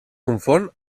confon